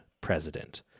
president